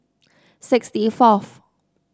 sixty fourth